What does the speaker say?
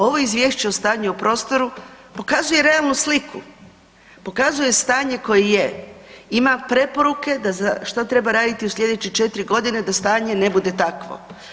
Ovo izvješće o stanju u prostoru pokazuje realnu sliku, pokazuje stanje koje je, ima preporuke da za, šta treba raditi u slijedeće 4 godine da stanje ne bude takvo.